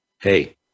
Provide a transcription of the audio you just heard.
hey